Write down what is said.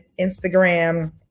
Instagram